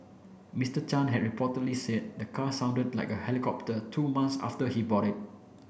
Mister Chan had reportedly said the car sounded like a helicopter two months after he bought it